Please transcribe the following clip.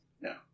No